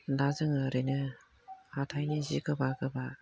दा जों ओरैनो हाथाइनि जि गोबा गोबा